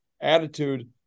attitude